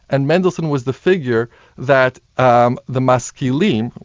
and mendelssohn was the figure that um the maskilim,